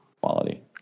Quality